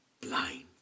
blind